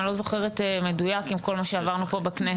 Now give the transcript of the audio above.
אני לא זוכרת מדוייק עם כל מה שעברנו פה בכנסת,